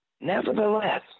Nevertheless